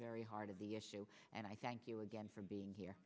very heart of the issue and i thank you again for being here